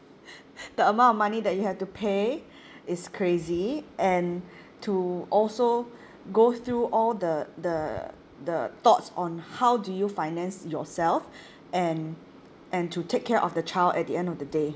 the amount of money that you have to pay is crazy and to also go through all the the the thoughts on how do you finance yourself and and to take care of the child at the end of the day